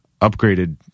upgraded